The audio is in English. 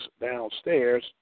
downstairs